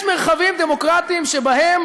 יש מרחבים דמוקרטיים שבהם